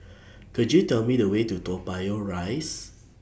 Could YOU Tell Me The Way to Toa Payoh Rise